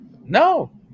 No